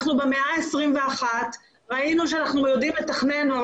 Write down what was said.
אנחנו במאה ה-21 וראינו שאנחנו יודעים לתכנן אבל